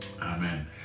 Amen